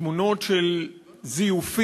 תמונות של זיופים,